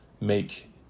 make